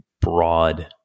broad